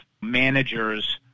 managers